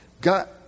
God